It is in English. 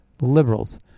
Liberals